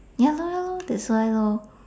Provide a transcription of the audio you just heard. ya lor ya lor that's why lor